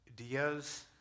ideas